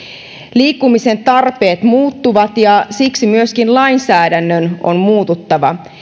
liikkumisen tarpeet muuttuvat ja siksi myöskin lainsäädännön on muututtava